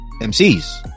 MCs